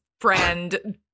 friend